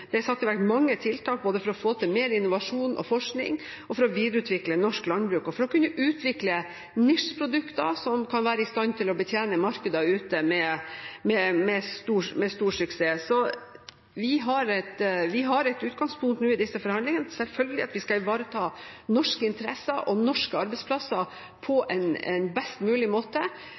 satt i verk mange tiltak både for å få til mer innovasjon og forskning, for å videreutvikle norsk landbruk og for å kunne utvikle nisjeprodukter som kan være i stand til å betjene markeder ute med stor suksess. Vi har det utgangspunkt nå i disse forhandlingene at vi selvfølgelig skal ivareta norske interesser og norske arbeidsplasser på en best mulig måte,